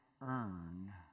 earn